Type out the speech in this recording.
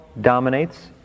dominates